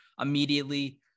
immediately